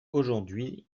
aujourd’hui